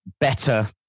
better